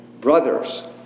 brothers